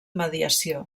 mediació